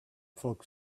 folks